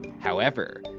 however,